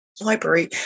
Library